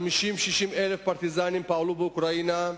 60-50 אלף פרטיזנים פעלו באוקראינה,